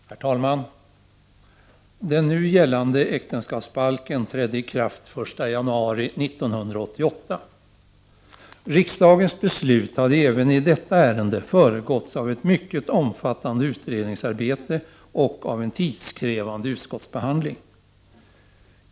Herr talman! Den nu gällande äktenskapsbalken trädde i kraft den 1 januari 1988. Riksdagens beslut hade även i detta ärende föregåtts av ett mycket omfattande utredningsarbete och en tidskrävande utskottsbehandling.